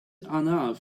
arnav